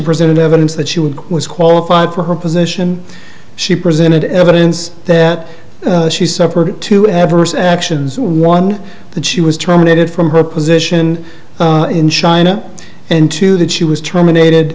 presented evidence that she would was qualified for her position she presented evidence that she suffered two adverse actions one that she was terminated from her position in china and two that she was terminated